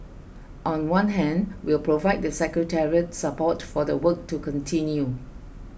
on one hand we'll provide the secretariat support for the work to continue